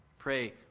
Pray